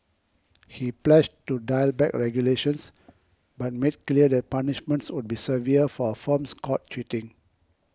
he pledged to dial back regulations but made clear that punishments would be severe for firms caught cheating